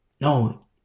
No